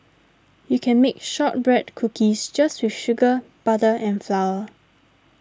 you can bake Shortbread Cookies just with sugar butter and flour